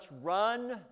run